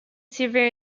severe